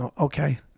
Okay